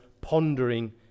pondering